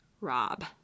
Rob